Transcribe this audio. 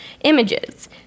images